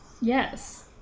Yes